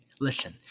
Listen